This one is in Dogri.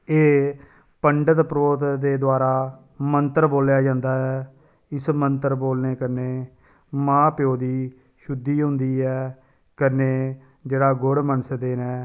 एह् पंडत परोह्त दे द्वारा मंत्र बोलेआ जंदा ऐ इस मंत्र बोलने कन्नै मां प्योऽ दी शुद्धि होंदी ऐ कन्नै जेह्ड़ा गुड़ मनसदे न